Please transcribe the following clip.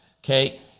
Okay